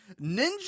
Ninja